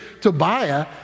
Tobiah